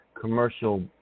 commercial